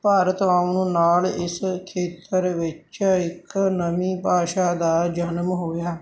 ਭਾਰਤ ਆਉਣ ਨਾਲ ਇਸ ਖੇਤਰ ਵਿੱਚ ਇੱਕ ਨਵੀਂ ਭਾਸ਼ਾ ਦਾ ਜਨਮ ਹੋਇਆ